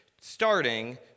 starting